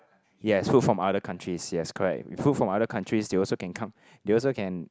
yes food from other countries yes correct food from other countries they also can come they also can